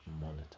monitor